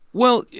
well, yeah